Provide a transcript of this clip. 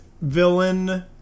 villain